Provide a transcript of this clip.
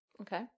Okay